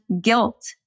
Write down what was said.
guilt